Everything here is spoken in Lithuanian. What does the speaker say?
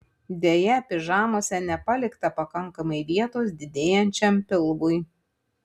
deja pižamose nepalikta pakankamai vietos didėjančiam pilvui